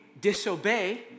disobey